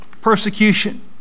persecution